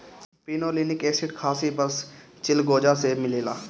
pinolenic acid खासी बस चिलगोजा से मिलेला